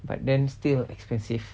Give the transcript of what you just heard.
but then still expensive